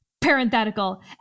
parenthetical